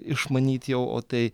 išmanyt jau o tai